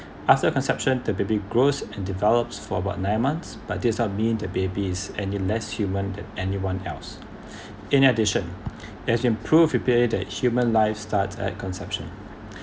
after conception the baby grows and develops for about nine months but these aren't mean the babies any less human than anyone else in addition as improved appear it that human life starts at conception